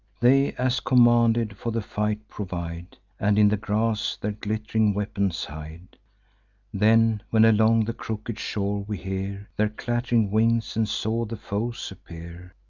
they, as commanded, for the fight provide, and in the grass their glitt'ring weapons hide then, when along the crooked shore we hear their clatt'ring wings, and saw the foes appear,